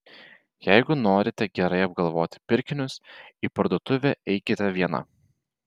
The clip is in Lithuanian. jeigu norite gerai apgalvoti pirkinius į parduotuvę eikite viena